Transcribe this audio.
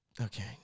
Okay